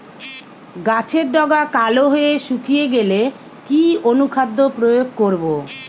গাছের ডগা কালো হয়ে শুকিয়ে গেলে কি অনুখাদ্য প্রয়োগ করব?